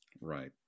Right